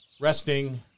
resting